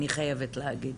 אני חייבת להגיד,